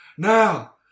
Now